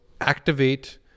activate